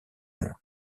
monde